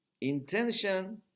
Intention